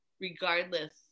regardless